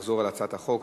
אחזור על הצעת החוק,